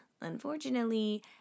unfortunately